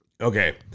Okay